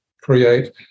create